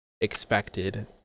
expected